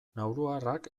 nauruarrak